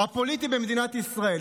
הפוליטי במדינת ישראל.